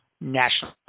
national